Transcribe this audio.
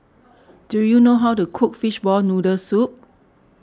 do you know how to cook Fishball Noodle Soup